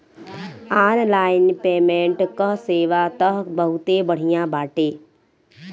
online payment कअ सेवा तअ बहुते बढ़िया बाटे